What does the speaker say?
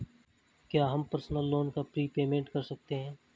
क्या हम personal loan का प्रीपेमेंट कर सकते हैं?